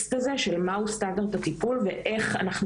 הטקסט הזה של מהו סטנדרט הטיפול ואיך אנחנו